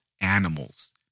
animals